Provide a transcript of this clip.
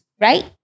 Right